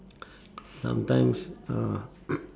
sometimes uh